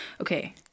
Okay